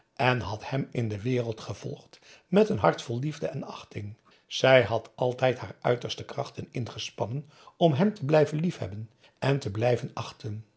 en had hem in de wereld gevolgd met een hart vol liefde en achting zij had altijd haar uiterste krachten ingespannen om hem te blijven liefhebben en te blijven achten